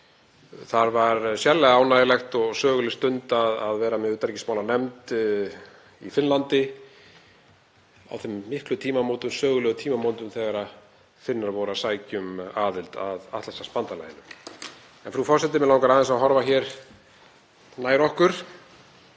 Það var sérlega ánægjuleg og söguleg stund að vera með utanríkismálanefnd í Finnlandi á þeim miklu tímamótum, sögulegu tímamótum, þegar Finnar voru að sækja um aðild að Atlantshafsbandalaginu. Frú forseti. Mig langar aðeins að horfa hér nær okkur.